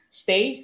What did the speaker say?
stay